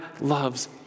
loves